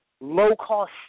low-cost